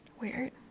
Weird